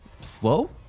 slow